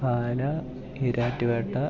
Pala Erattupetta